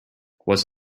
what’s